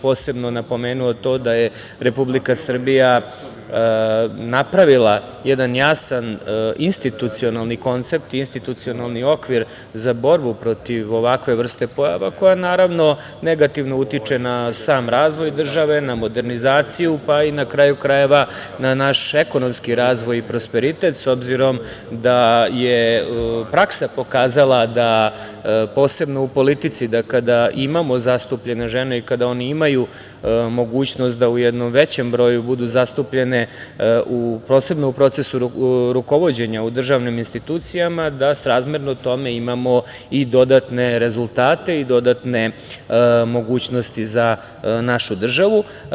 Posebno bih napomenuo to da je Republika Srbija napravila jedan jasan institucionalni koncept, institucionalni okvir za borbu protiv ovakve vrste pojava, koja naravno negativno utiče na sam razvoj države, na modernizaciju, pa i na kraju krajeva na naš ekonomski razvoj i prosperitet, s obzirom da je praksa pokazala da posebno u politici, da kada imamo zastupljene žene i kada one imaju mogućnost da u jednom većem broju budu zastupljene, posebno u procesu rukovođenja u državnim institucijama, da srazmerno tome imamo i dodatne rezultate i dodatne mogućnosti za našu državu.